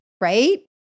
Right